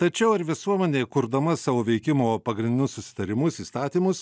tačiau ar visuomenė kurdama savo veikimo pagrindinius susitarimus įstatymus